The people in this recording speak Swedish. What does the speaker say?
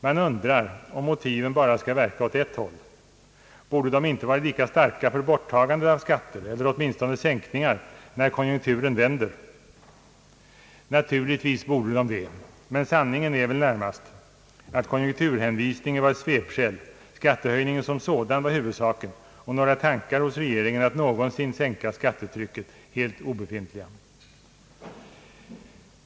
Man undrar om motiven bara skall verka åt ett håll. Borde de inte vara lika starka för borttagande av skatter eller åtminstone sänkningar när konjunkturen vänder? Naturligtvis borde de det. Men sanningen är väl närmast att konjunkturhänvisningen var ett svepskäl. Skattehöjningen som sådan var huvudsaken, och regeringens tankar att någonsin sänka skattetrycket var helt obefintliga.